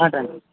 ஆ thanks